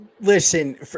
Listen